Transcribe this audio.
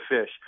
Fish